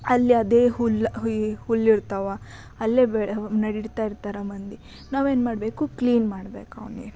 ಅಲ್ಲಿ ಅದೇ ಹುಲ್ಲಿರ್ತಾವ ಅಲ್ಲೇ ನಡಿಡತಾ ಇರ್ತಾರೆ ಮಂದಿ ನಾವೇನು ಮಾಡಬೇಕು ಕ್ಲೀನ್ ಮಾಡ್ಬೇಕು ಅವು